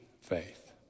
faith